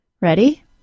Ready